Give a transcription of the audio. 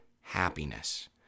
happiness